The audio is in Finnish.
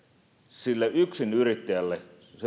yksinyrittäjälle